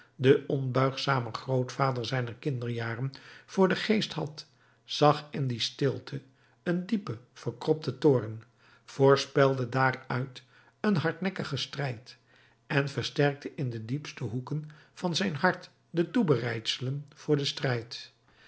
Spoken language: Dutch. den onbuigzamen grootvader zijner kinderjaren voor den geest had zag in die stilte een diepen verkropten toorn voorspelde daaruit een hardnekkigen strijd en versterkte in de diepste hoeken van zijn hart de toebereidselen voor den strijd